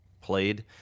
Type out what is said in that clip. played